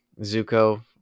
Zuko